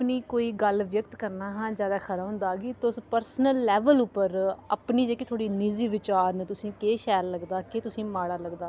अपनी कोई गल्ल व्यक्त करने हा ज्यादा खरा होंदा कि तुस पर्सनल लैवल उप्पर अपनी जेह्की थुआढ़ी निजी विचार न तुसेंगी केह् शैल लगदा केह् तुसेंगी माड़ा लगदा